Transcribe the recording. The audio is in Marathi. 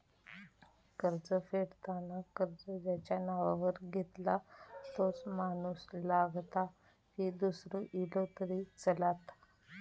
कर्ज फेडताना कर्ज ज्याच्या नावावर घेतला तोच माणूस लागता की दूसरो इलो तरी चलात?